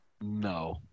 No